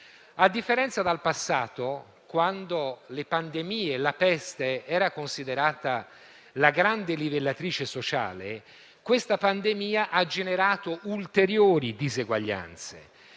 A differenza del passato, quando le pandemie come la peste erano considerate grandi livellatrici sociali, questa pandemia ha generato ulteriori diseguaglianze